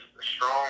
strong